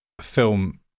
film